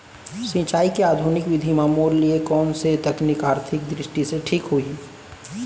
सिंचाई के आधुनिक विधि म मोर लिए कोन स तकनीक आर्थिक दृष्टि से ठीक होही?